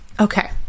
okay